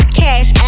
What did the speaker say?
cash